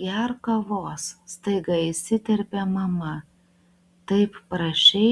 gerk kavos staiga įsiterpė mama taip prašei